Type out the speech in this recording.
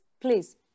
Please